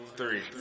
three